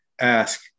ask